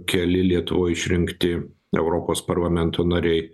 keli lietuvoj išrinkti europos parlamento nariai